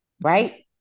right